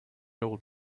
old